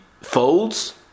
folds